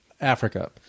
Africa